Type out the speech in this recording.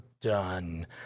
done